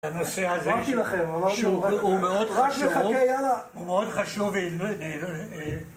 הנושא הזה, אמרתי לכם, הוא מאוד חשוב